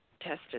tested